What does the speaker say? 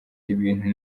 ibintu